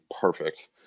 perfect